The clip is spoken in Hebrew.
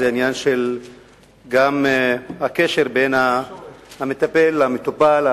זה גם עניין של הקשר בין המטפל למטופל,